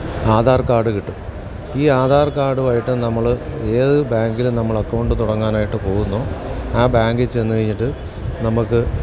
Aadhaar card കിട്ടും ഈ ആധാര് കാര്ഡുമായിട്ട് നമ്മൾ ഏതു ബാങ്കിലും നമ്മൾ അക്കൗണ്ട് തുടങ്ങാനായിട്ട് പോകുന്നോ ആ ബാങ്കിൽച്ചെന്നു കഴിഞ്ഞിട്ട് നമുക്ക്